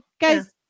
guys